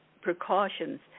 precautions